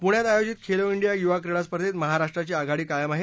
पुण्यात आयोजित खेलो डिया युवा क्रीडा स्पर्धेत महाराष्ट्राची आघाडी कायम आहे